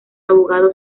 abogado